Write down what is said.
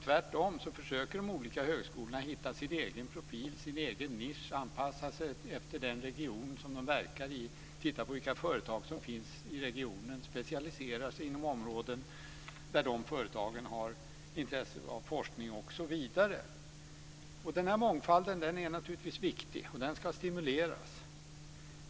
Tvärtom försöker de olika högskolorna att hitta sin egen profil, sin egen nisch och anpassa sig efter den region som de verkar i. De tittar på vilka företag som finns i regionen och specialiserar sig inom områden där de företagen har intresse av forskning osv. Den här mångfalden är naturligtvis viktig, och den ska stimuleras.